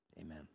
Amen